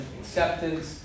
acceptance